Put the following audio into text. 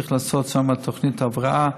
צריך לעשות שם תוכנית הבראה.